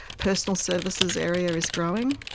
personal services area is growing,